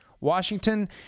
Washington